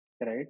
Right